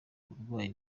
uburwayi